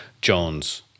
Jones